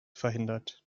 verhindert